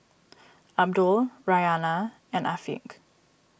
Abdul Raihana and Afiq